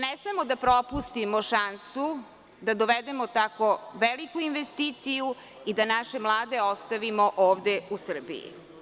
Ne smemo da propustimo šansu da dovedemo tako veliku investiciju i da naše mlade ostavimo ovde u Srbiji.